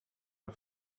are